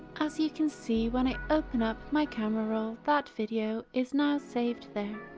as you can see when i open up my camera roll that video is now saved there.